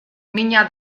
mina